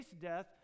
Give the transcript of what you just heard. death